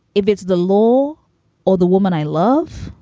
if it's the law or the woman i love.